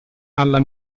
alla